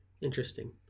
interesting